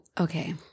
Okay